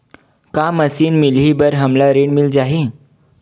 का मशीन मिलही बर हमला ऋण मिल जाही?